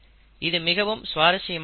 இது மிகவும் சுவாரசியமான ஒன்று